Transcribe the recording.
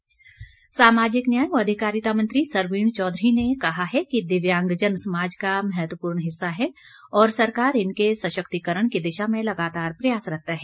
सरवीण चौघरी सामाजिक न्याय व अधिकारिता मंत्री सरवीण चौधरी ने कहा है कि दिव्यांगजन समाज का महत्वपूर्ण हिस्सा है और सरकार इनके सशक्तिकरण की दिशा में लगातार प्रयासरत्त है